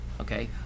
okay